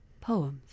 poems